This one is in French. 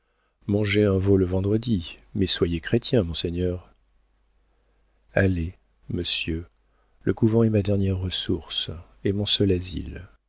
mangez un veau le vendredi mais soyez chrétien monseigneur allez monsieur le couvent est ma dernière ressource et mon seul asile